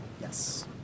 Yes